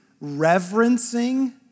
reverencing